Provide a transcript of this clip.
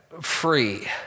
free